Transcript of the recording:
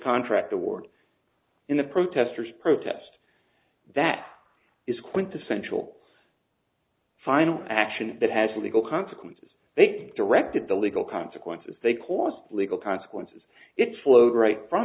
contract award in the protesters protest that is quintessential final action that has a legal consequences they directed the legal consequences they cost legal consequences it flowed right from